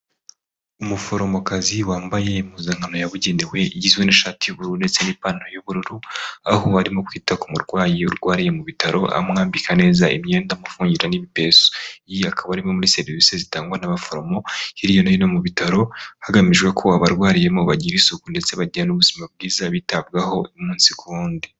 Umuforomokazi wambaye impuzankano yabugenewe igizwe n'ishati y'ubururu ndetse n'ipantaro y'ubururu aho arimo kwita ku murwayi urwariye mu bitaro amwambika neza imyenda amufungira n'ibipesu akaba arimo muri serivisi zitangwa n'abaforomo hirya no hino mu bitaro hagamijwe ko abarwariyemo bagira isuku ndetse bagira n'ubuzima bwiza bitabwaho umunsi ku wundi.